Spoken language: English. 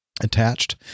attached